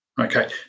Okay